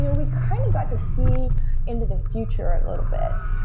you know we kind of got to see into the future a little bit,